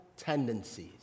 tendencies